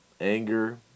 Anger